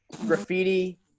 graffiti